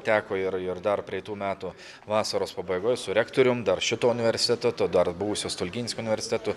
teko ir ir dar praeitų metų vasaros pabaigoj su rektorium dar šito universiteto to dar buvusio stulginskio universiteto